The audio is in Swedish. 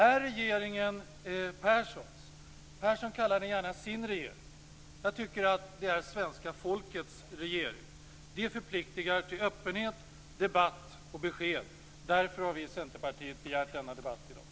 Är regeringen Perssons? Persson kallar den gärna sin regering. Jag tycker att det är svenska folkets regering. Det förpliktigar till öppenhet, debatt och besked. Därför har vi i Centerpartiet begärt denna debatt i dag.